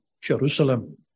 Jerusalem